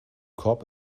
korb